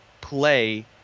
play